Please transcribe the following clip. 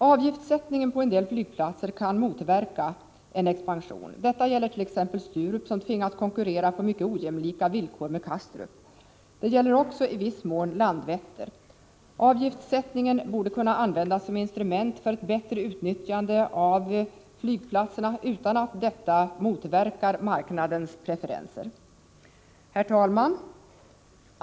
Avgiftssättningen på en del flygplatser kan motverka en expansion. Detta gäller t.ex. Sturup, som tvingas konkurrera på mycket ojämlika villkor med Kastrup. Det gäller också i viss mån Landvetter. Avgiftssättningen borde kunna användas som instrument för ett bättre utnyttjande av vissa flygplatser utan att detta motverkar marknadens egna preferenser. Herr talman!